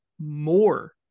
more